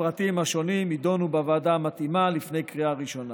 הפרטים השונים יידונו בוועדה המתאימה לפני הקריאה הראשונה.